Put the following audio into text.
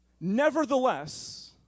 nevertheless